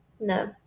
No